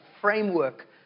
framework